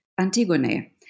Antigone